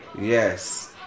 yes